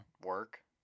Work